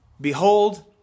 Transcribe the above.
Behold